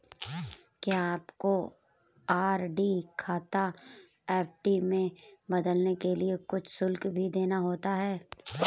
क्या हमको आर.डी खाता एफ.डी में बदलने के लिए कुछ शुल्क भी देना होता है?